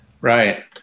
Right